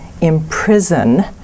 imprison